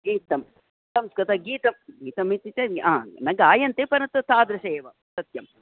गीतं संस्कृतगीतं गीतन्ति चे ह न गायन्ति परन्तु तादृशम् एव सत्यम्